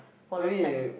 for long time